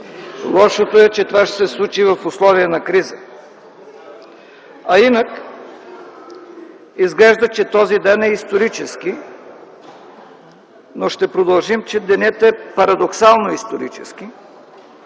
Лошото е, че това ще се случи в условия на криза. А инак изглежда, че този ден е исторически, но ще продължим, че денят е парадоксално исторически,